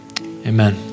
Amen